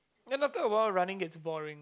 and after a while running gets boring